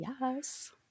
Yes